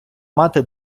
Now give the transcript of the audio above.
мати